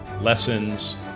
lessons